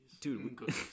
dude